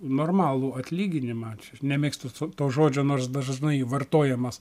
normalų atlyginimą čia aš nemėgstu to to žodžio nors dažnai vartojamas